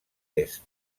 est